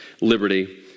liberty